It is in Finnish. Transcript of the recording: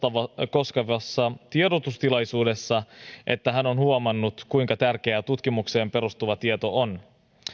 koskevassa tiedotustilaisuudessa että hän on huomannut kuinka tärkeää tutkimukseen perustuva tieto on